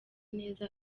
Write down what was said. neza